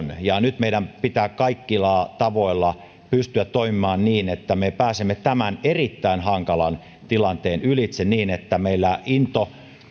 on nyt meidän pitää kaikilla tavoilla pystyä toimimaan niin että me pääsemme tämän erittäin hankalan tilanteen ylitse niin että meillä into